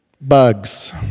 Bugs